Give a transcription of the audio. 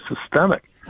systemic